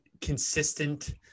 consistent